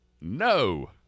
no